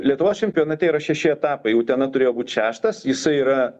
lietuvos čempionate yra šeši etapai utena turėjo būt šeštas jisai yra